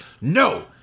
no